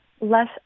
less